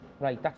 Right